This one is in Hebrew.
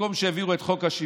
מקום שהעבירו בו את חוק השוויון,